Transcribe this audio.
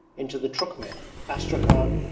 into the trukhmen, astrakhan,